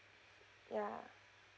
ya